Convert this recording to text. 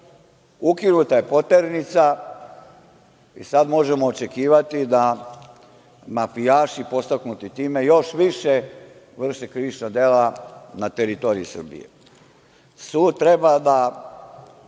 Ukinuta je poternica i sada možemo očekivati da mafijaši, podstaknuti time, još više vrše krivična dela na teritoriji Srbije. Sud treba da